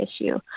issue